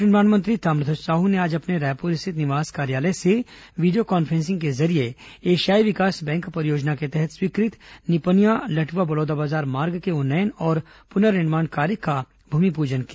लोक निर्माण मंत्री ताम्रध्यज साहू ने आज अपने रायपुर स्थित निवास कार्यालय से वीडियो कॉन्फ्रेंसिंग के जरिए एशियाई विकास बैंक परियोजना के के तहत स्वीकृत निपनिया लट्वा बलौदाबाजार मार्ग के उन्नयन और पुनर्निमाण कार्य का भूमिपूजन किया